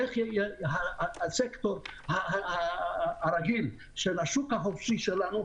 איך יתנהג הסקטור של השוק החופשי שלנו,